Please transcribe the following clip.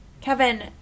Kevin